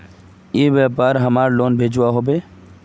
ई व्यापार हमार लोन भेजुआ हभे?